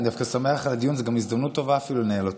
אני דווקא שמח על הדיון וזו הזדמנות טובה לנהל אותו.